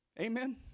Amen